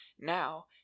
Now